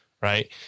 right